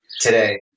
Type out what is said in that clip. today